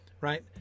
Right